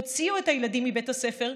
הוציאה את הילדים מבית הספר,